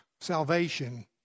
Salvation